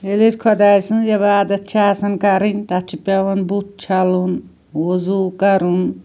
ییٚلہِ أسۍ خۄدایہِ سٕنٛز عبادت چھِ آسان کَرٕنۍ تَتھ چھُ پیٚوان بُتھ چھَلُن وَزوٗ کَرُن